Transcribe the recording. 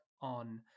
on